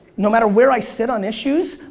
no matter where i sit on issues,